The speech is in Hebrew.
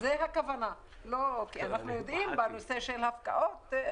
אנחנו יודעים את נושא ההפקעות.